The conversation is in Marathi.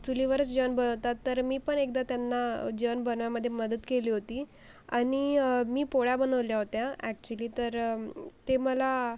चुलीवरच जेवण बनवतात तर मी पण एकदा त्यांना जेवण बनवण्यामध्ये मदत केली होती आणि मी पोळ्या बनवल्या होत्या अॅक्च्युली तर ते मला